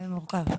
זה מורכב.